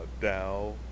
dow